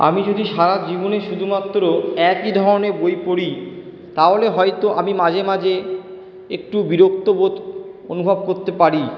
আমি যদি সারাজীবনে শুধুমাত্র একই ধরনের বই পড়ি তাহলে হয়তো আমি মাঝে মাঝে একটু বিরক্ত বোধ অনুভব করতে পারি